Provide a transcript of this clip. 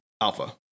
Alpha